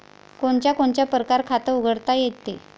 कोनच्या कोनच्या परकारं खात उघडता येते?